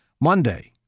Monday